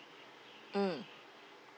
mm